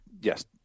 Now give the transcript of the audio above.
yes